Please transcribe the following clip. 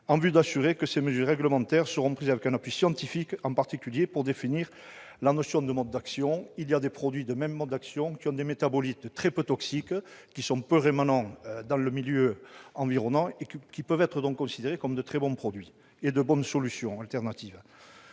afin de garantir que ces mesures réglementaires se fonderont sur des données scientifiques, en particulier pour la définition de la notion de mode d'action. Il y a des produits de même mode d'action dont les métabolites sont très peu toxiques, qui sont peu rémanents dans le milieu environnant et qui peuvent donc être considérés comme de très bons produits et de bonnes solutions alternatives.